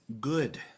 good